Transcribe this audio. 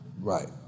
Right